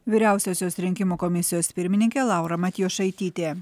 vyriausiosios rinkimų komisijos pirmininkė laura matjošaitytė